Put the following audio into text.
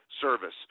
service